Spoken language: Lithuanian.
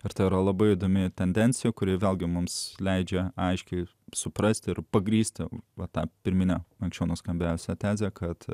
ir tai yra labai įdomi tendencija kuri vėlgi mums leidžia aiškiai suprasti ir pagrįsti va tą pirminę anksčiau nuskambėjusią tezę kad